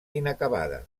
inacabada